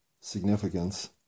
significance